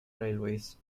railways